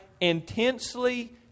intensely